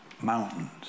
mountains